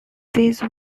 these